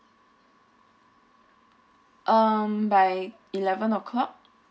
um by eleven o'clock